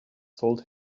told